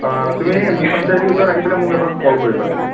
তুমি মিশ্যন চাৰিআলি ওচৰত আহি পেলাই মোক এবাৰ কল কৰিবা খালি